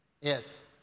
Yes